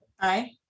Aye